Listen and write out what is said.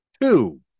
two